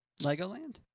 Legoland